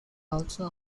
also